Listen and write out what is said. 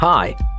Hi